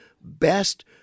best